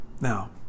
Now